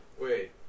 Wait